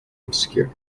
obscure